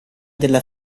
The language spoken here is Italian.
della